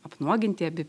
apnuoginti abi